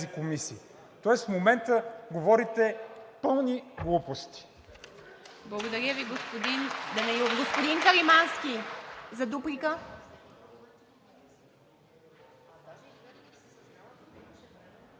Тоест в момента говорите пълни глупости.